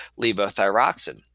levothyroxine